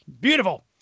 Beautiful